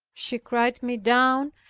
she cried me down,